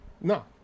No